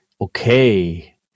Okay